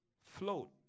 float